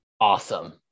Awesome